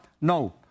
no